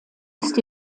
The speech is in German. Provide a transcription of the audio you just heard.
ist